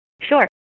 Sure